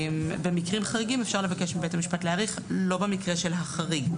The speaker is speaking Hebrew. במקרים חריגים אפשר לבקש מבית המשפט להאריך אבל לא במקרה של החריג.